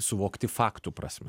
suvokti faktų prasme